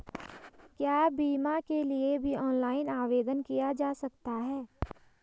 क्या बीमा के लिए भी ऑनलाइन आवेदन किया जा सकता है?